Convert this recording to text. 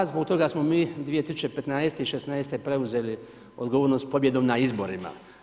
Zbog toga smo mi 2015. i 2016. preuzeli odgovornost pobjedom na izborima.